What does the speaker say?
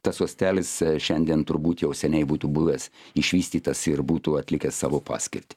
tas uostelis šiandien turbūt jau seniai būtų buvęs išvystytas ir būtų atlikęs savo paskirtį